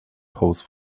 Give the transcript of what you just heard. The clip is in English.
pose